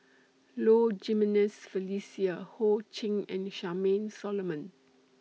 Low Jimenez Felicia Ho Ching and Charmaine Solomon